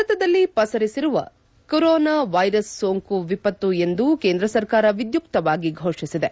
ಭಾರತದಲ್ಲಿ ಪಸರಿಸಿರುವ corona virus ಸೋಂಕು ವಿಪತ್ತು ಎಂದು ಕೇಂದ್ರ ಸರ್ಕಾರ ವಿದ್ಯುಕ್ತವಾಗಿ ಘೋಷಿಸಿದೆ